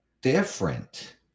different